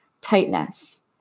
tightness